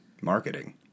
marketing